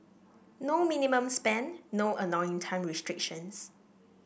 no minimum spend no annoying time restrictions